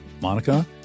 Monica